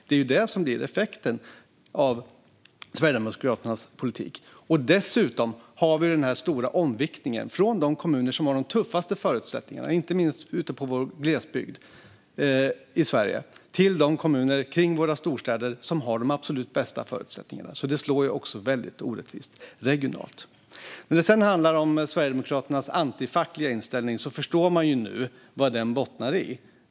Det är det som blir effekten av Sverigedemokraternas politik. Dessutom har vi den stora omviktningen från de kommuner som har de tuffaste förutsättningarna, inte minst ute på vår glesbygd i Sverige, till de kommuner kring våra storstäder som har de absolut bästa förutsättningarna. Det slår alltså också väldigt orättvist regionalt. När det sedan handlar om Sverigedemokraternas antifackliga inställning förstår man nu vad den bottnar i.